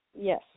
Yes